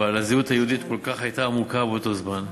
אבל הזהות היהודית הייתה כל כך עמוקה באותו זמן,